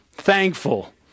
thankful